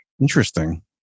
Interesting